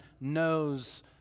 knows